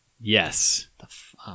Yes